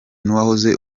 n’uwari